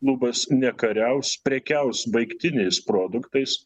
lubas nekariausi prekiaus baigtiniais produktais